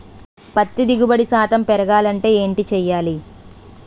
పత్తి దిగుబడి శాతం పెరగాలంటే ఏంటి చేయాలి?